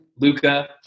Luca